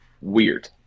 Weird